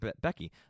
Becky